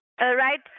Right